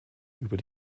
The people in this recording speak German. über